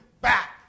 back